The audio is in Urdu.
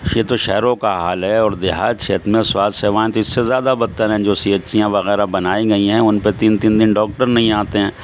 یہ تو شہروں کا حال ہے اور دیہات چھیتر میں سواستھیہ سیوائیں تو اس سے زیادہ بدتر ہیں جو سی ایچ سیاں وغیرہ بنائی گئی ہین تین تین دن ڈاکٹر نہیں آتے ہیں